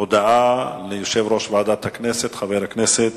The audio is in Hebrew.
הודעה ליושב-ראש ועדת הכנסת, חבר הכנסת